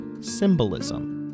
symbolism